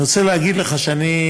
אני רוצה להגיד לך שאני,